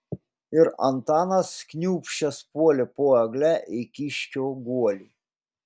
ir antanas kniūbsčias puolė po egle į kiškio guolį